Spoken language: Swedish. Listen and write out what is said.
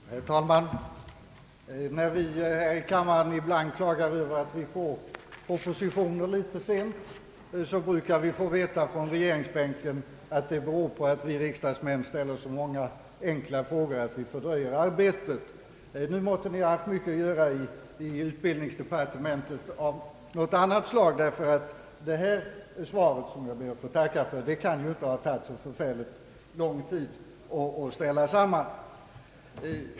Herr talman! När vi här i kammaren ibland klagar över att vi får propositioner litet sent, brukar vi få veta från regeringsbänken att det beror på att vi riksdagsmän ställer så många enkla frågor att vi fördröjer arbetet. Nu måtte det ha funnits mycket att göra i utbildningsdepartementet av något annat skäl, ty det här svaret, som jag ber att få tacka för, kan ju inte ha tagit så förfärligt lång tid att ställa samman.